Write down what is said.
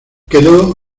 quedó